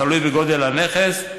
תלוי בגודל הנכס,